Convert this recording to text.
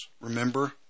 remember